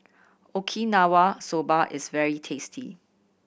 Okinawa Soba is very tasty